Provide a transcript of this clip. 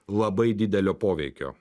labai didelio poveikio